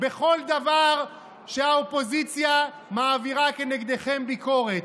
על כל דבר שהאופוזיציה מעבירה כנגדכם ביקורת.